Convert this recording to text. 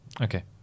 Okay